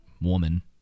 woman